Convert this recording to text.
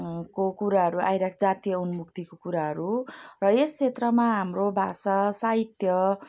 को कुराहरू आएर जातीय उन्मुक्तिको कुराहरू र यस क्षेत्रमा हाम्रो भाषा साहित्य